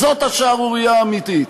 זאת השערורייה האמיתית.